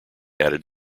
added